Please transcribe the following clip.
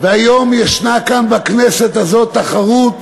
והיום יש כאן, בכנסת הזאת, תחרות